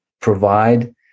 provide